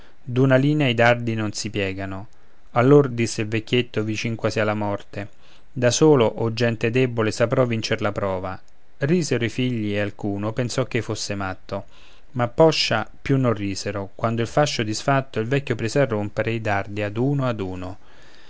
d'una linea i dardi non si piegano allor disse il vecchietto vicin quasi alla morte da solo o gente debole saprò vincer la prova risero i figli e alcuno pensò ch'ei fosse matto ma poscia più non risero quando il fascio disfatto il vecchio prese a rompere i dardi ad uno ad uno